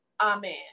Amen